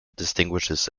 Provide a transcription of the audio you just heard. distinguishes